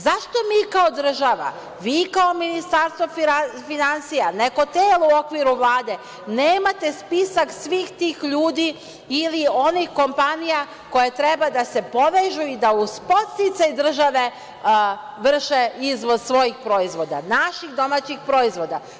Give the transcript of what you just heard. Zašto mi kao država, vi kao Ministarstvo finansija, neko telo u okviru Vlade, nemate spisak svih tih ljudi ili onih kompanija koje treba da se povežu i da uz podsticaj države vrše izvoz svojih proizvoda, naših domaćih proizvoda?